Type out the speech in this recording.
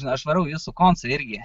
aš varau į jūsų koncą irgi